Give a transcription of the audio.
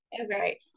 okay